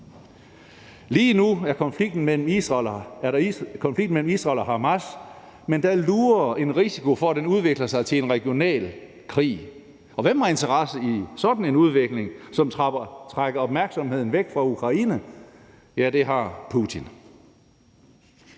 Lige nu er der konflikt mellem Israel og Hamas, men der lurer en risiko for, at den udvikler sig til en regional krig. Og hvem har interesse i sådan en udvikling, som trækker opmærksomheden væk fra Ukraine? Ja, det har Putin.